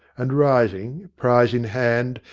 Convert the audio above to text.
and, rising, prize in hand,